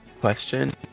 question